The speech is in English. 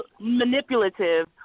manipulative